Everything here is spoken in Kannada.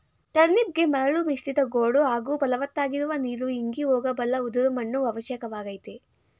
ಟರ್ನಿಪ್ಗೆ ಮರಳು ಮಿಶ್ರಿತ ಗೋಡು ಹಾಗೂ ಫಲವತ್ತಾಗಿರುವ ನೀರು ಇಂಗಿ ಹೋಗಬಲ್ಲ ಉದುರು ಮಣ್ಣು ಅವಶ್ಯಕವಾಗಯ್ತೆ